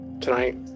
tonight